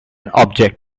object